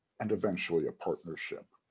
and eventually a partnership.